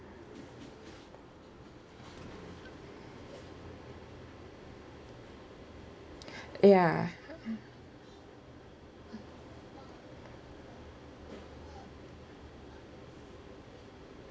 ya